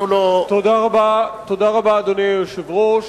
אדוני היושב-ראש,